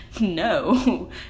no